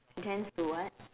she tends to what